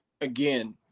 again